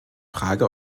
frage